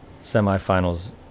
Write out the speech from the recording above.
semifinals